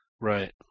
Right